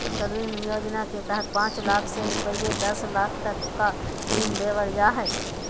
तरुण योजना के तहत पांच लाख से रूपये दस लाख तक का ऋण देल जा हइ